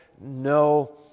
no